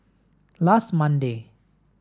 last Monday